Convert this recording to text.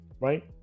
right